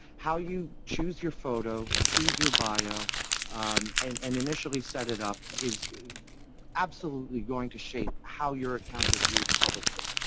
how you choose your photo, choose your bio and and and set it up is absolutely going to shape how you're account is viewed publicly.